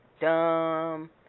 dumb